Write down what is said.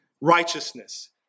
righteousness